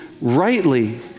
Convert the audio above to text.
rightly